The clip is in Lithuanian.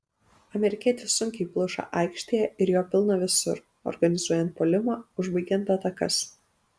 amerikietis sunkiai pluša aikštėje ir jo pilna visur organizuojant puolimą užbaigiant atakas